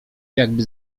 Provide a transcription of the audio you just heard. jakby